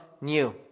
new